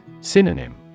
Synonym